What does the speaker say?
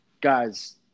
guys